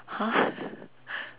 !huh!